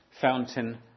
fountain